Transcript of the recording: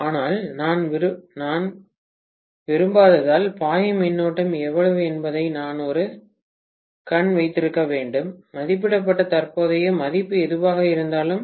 ஆனால் நான் விரும்பாததால் பாயும் மின்னோட்டம் எவ்வளவு என்பதை நான் ஒரு கண் வைத்திருக்க வேண்டும் மதிப்பிடப்பட்ட தற்போதைய மதிப்பு எதுவாக இருந்தாலும்